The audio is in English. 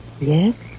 Yes